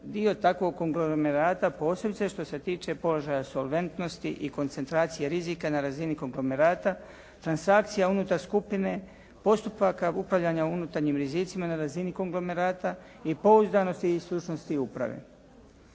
dio takvog konglomerata posebice što e tiče položaja solventnosti i koncentracije rizika na razini konglomerata, transakcija unutar skupine, postupaka upravljanja unutarnjim rizicima na razini konglomerata i pouzdanosti i stručnosti uprave.